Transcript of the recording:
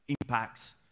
impacts